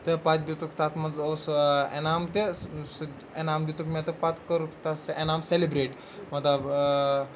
تہٕ پَتہٕ دِتُکھ تَتھ منٛز اوس انعام تہِ سُہ انعام دِتُکھ مےٚ تہٕ پَتہٕ کوٚرُکھ تَتھ سُہ اینام سیلِبریٹ مطلب